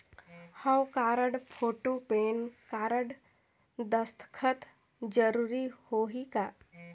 हव card, photo, PAN card, दस्खत जरूरी होही का?